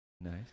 nice